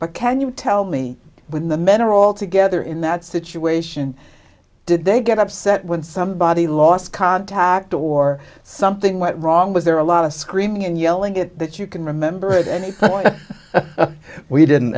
but can you tell me when the men are all together in that situation did they get upset when somebody lost contact or something went wrong was there a lot of screaming and yelling get that you can remember we didn't